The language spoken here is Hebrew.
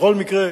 בכל מקרה,